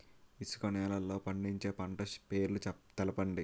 ఇసుక నేలల్లో పండించే పంట పేర్లు తెలపండి?